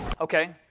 Okay